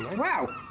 wow!